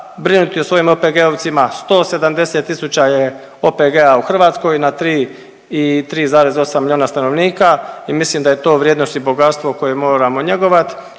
brinuti o svojim OPG-ovcima, 170 tisuća je OPG-a u Hrvatskoj na 3 i 3,8 milijuna stanovnika i mislim da je to vrijednost i bogatstvo koje moramo njegovat